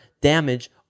damage